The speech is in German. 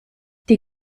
die